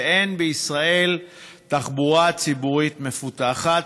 שאין בישראל תחבורה ציבורית מפותחת,